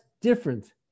different